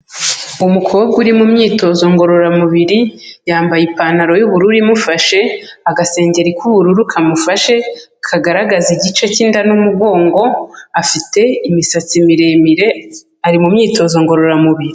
Umukobwa uri mu myitozo ngororamubiri, yambaye ipantaro y'ubururu imufashe, agasengeri k'ubururu kamufashe kagaragaza igice cy'inda n'umugongo, afite imisatsi miremire, ari mu myitozo ngororamubiri.